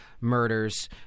murders